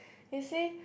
you see